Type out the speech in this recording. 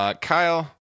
Kyle